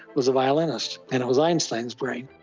was a violinist. and it was einstein's brain.